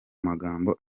magambo